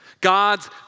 God's